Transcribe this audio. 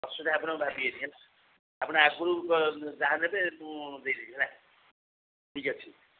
ଅସୁବିଧା ଆପଣ ଭାବିବେନି ହେଲା ଆପଣ ଆଗରୁ ଯାହା ନେବେ ମୁଁ ଦେଇ ଦେବି ହେଲା ଠିକ୍ ଅଛି